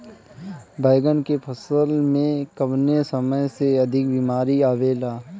बैगन के फसल में कवने समय में अधिक बीमारी आवेला?